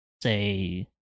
say